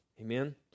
Amen